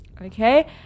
Okay